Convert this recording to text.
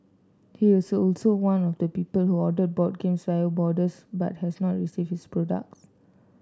he was also one of the people who ordered board games via boarders but has not received his products